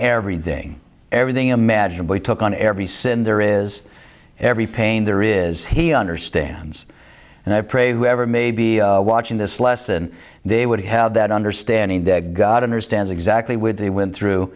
everything everything imaginable he took on every sin there is every pain there is he understands and i pray whoever may be watching this lesson they would have that understanding that god understands exactly with the wind through